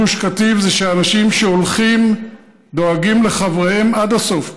גוש קטיף זה שאנשים שהולכים דואגים לחבריהם עד הסוף,